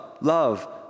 love